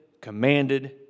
commanded